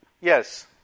yes